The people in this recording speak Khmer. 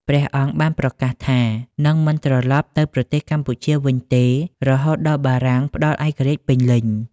ព្រះអង្គបានប្រកាសថា នឹងមិនត្រឡប់ទៅប្រទេសកម្ពុជាវិញទេ រហូតដល់បារាំងផ្ដល់ឯករាជ្យពេញលេញ។